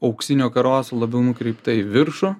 auksinio karoso labiau nukreipta į viršų